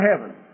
heaven